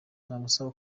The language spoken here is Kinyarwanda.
namusaba